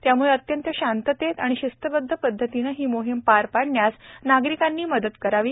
त्यामुळे अत्यंत शांततेत व शिस्तबदध पदधतीने ही मोहीम पार पडण्यास नागरिकांनी मदत करावी